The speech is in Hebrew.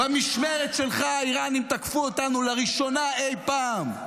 במשמרת שלך האיראנים תקפו אותנו לראשונה אי פעם,